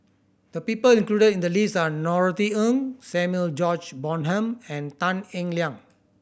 the people included in the list are Norothy Ng Samuel George Bonham and Tan Eng Liang